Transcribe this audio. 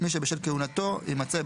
מי שבשל כהונתו יימצא,